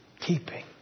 keeping